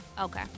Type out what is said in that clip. Okay